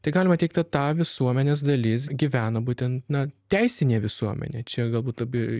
tai galima teigt kad ta visuomenės dalis gyvena būtent na teisinė visuomenė čia galbūt labai